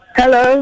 hello